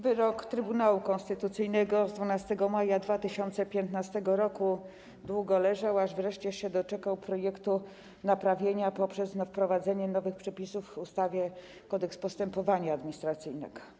Wyrok Trybunału Konstytucyjnego z 12 maja 2015 r. długo leżał, aż wreszcie się doczekał projektu naprawczego w postaci wprowadzenia nowych przepisów w ustawie - Kodeks postępowania administracyjnego.